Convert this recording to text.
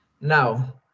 Now